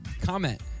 Comment